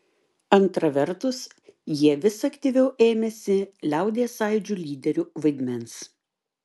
antra vertus jie vis aktyviau ėmėsi liaudies sąjūdžių lyderių vaidmens